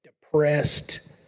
depressed